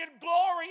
glory